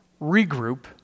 Regroup